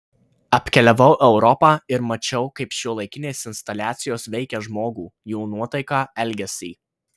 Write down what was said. apkeliavau europą ir mačiau kaip šiuolaikinės instaliacijos veikia žmogų jo nuotaiką elgesį